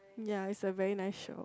ya it's a very nice show